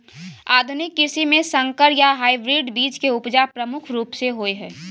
आधुनिक कृषि में संकर या हाइब्रिड बीज के उपजा प्रमुख रूप से होय हय